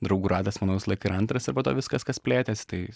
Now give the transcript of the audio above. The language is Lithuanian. draugų ratas manau visą laiką yra antras ir po to viskas kas plėtėsi tai